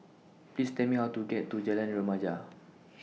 Please Tell Me How to get to Jalan Remaja